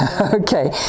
Okay